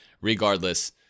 regardless